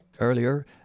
Earlier